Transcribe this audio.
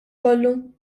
kollu